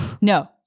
no